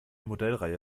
modellreihe